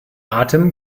atem